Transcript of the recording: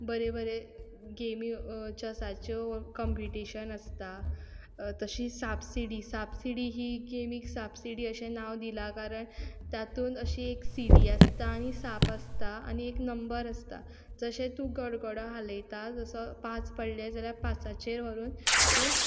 बरें बरें गेम्यो चेसाच्यो कंपिटीशन आसता तशी सापसिडी सापसिडी ही गेम एक सापसिडी अशें नांव दिलां कारण तातूंत अशी एक सिडी आसता आनी साप आसता आनी एक नंबर आसता जशें तूं गडगडो हालयता तसो पांच पडले जाल्यार पांचाचेर व्हरून